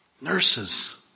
nurses